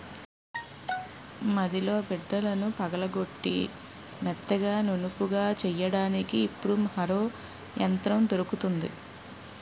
మడిలో బిడ్డలను పగలగొట్టి మెత్తగా నునుపుగా చెయ్యడానికి ఇప్పుడు హరో యంత్రం దొరుకుతుంది